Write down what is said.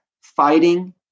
fighting